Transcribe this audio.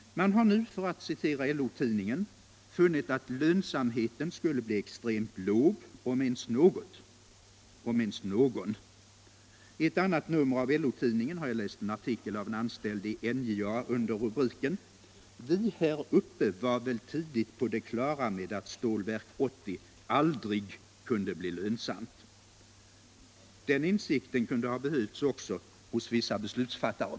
Man har nu, för att citera LO tidningen, funnit att ”lönsamheten skulle bli extremt låg, om ens någon”. I ett annat nummer av LO-tidningen har jag läst en artikel av en anställd i NJA under rubriken ”Vi här uppe var väl tidigt på det klara med att Stålverk 80 aldrig kunde bli lönsamt”. Den insikten kunde ha behövts också hos vissa beslutsfattare.